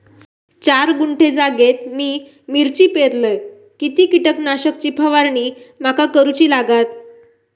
चार गुंठे जागेत मी मिरची पेरलय किती कीटक नाशक ची फवारणी माका करूची लागात?